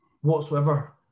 whatsoever